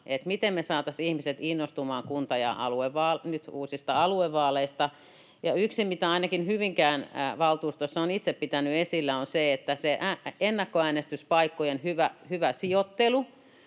miten me saataisiin ihmiset innostumaan kunta- ja nyt uusista aluevaaleista. Yksi, mitä ainakin Hyvinkään valtuustossa olen itse pitänyt esillä, on se ennakkoäänestyspaikkojen hyvä sijoittelu